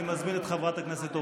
רק שנייה.